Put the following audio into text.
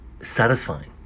Satisfying